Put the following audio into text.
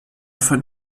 von